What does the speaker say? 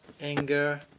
anger